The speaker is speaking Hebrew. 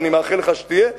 ואני מאחל לך שתהיה,